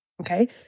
Okay